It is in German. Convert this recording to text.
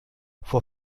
vor